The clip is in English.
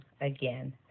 Again